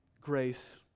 grace